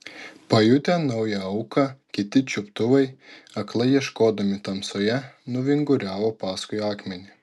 pajutę naują auką kiti čiuptuvai aklai ieškodami tamsoje nuvinguriavo paskui akmenį